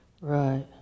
Right